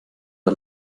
der